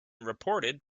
reported